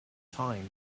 time